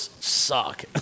suck